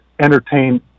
entertain